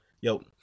Yo